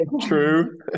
true